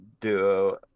Duo